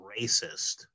racist